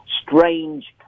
strange